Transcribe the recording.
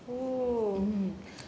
mm